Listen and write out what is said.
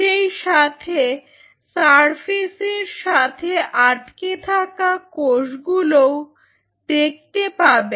সেইসাথে সারফেস এর সাথে আটকে থাকা কোষগুলোও দেখতে পাবে